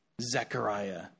Zechariah